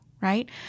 right